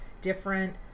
different